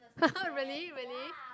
really really